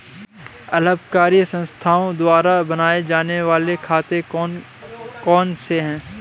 अलाभकारी संस्थाओं द्वारा बनाए जाने वाले खाते कौन कौनसे हैं?